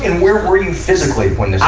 and were were you physically when this